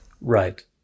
Right